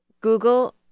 Google